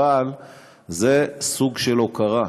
אבל זה סוג של הוקרה.